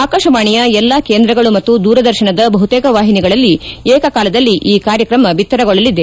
ಆಕಾಶವಾಣಿಯ ಎಲ್ಲಾ ಕೇಂದ್ರಗಳು ಮತ್ತು ದೂರದರ್ಶನದ ಬಹುತೇಕ ವಾಹಿನಿಗಳಲ್ಲಿ ಏಕಕಾಲದಲ್ಲಿ ಕಾರ್ಯಕ್ರಮ ಪ್ರಸಾರವಾಗಲಿದೆ